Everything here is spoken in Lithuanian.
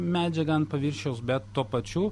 medžiagą ant paviršiaus bet tuo pačiu